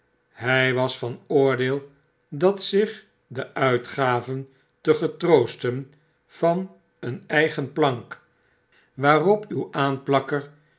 hg was van oordeel dat zich de uitgaven te getroosten van een eigen plank waarop uw aanplakker